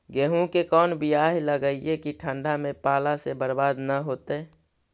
गेहूं के कोन बियाह लगइयै कि ठंडा में पाला से बरबाद न होतै?